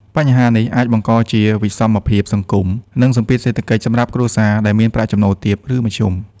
បញ្ហានេះអាចបង្កជាវិសមភាពសង្គម និងសម្ពាធសេដ្ឋកិច្ចសម្រាប់គ្រួសារដែលមានប្រាក់ចំណូលទាប ឬមធ្យម។